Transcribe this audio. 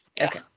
Okay